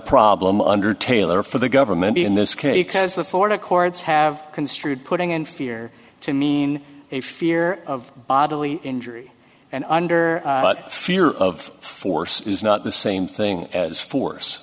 problem under taylor for the government in this case because the florida courts have construed putting in fear to mean a fear of bodily injury and under fear of force is not the same thing as force